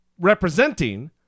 representing